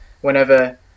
Whenever